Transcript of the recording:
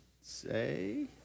say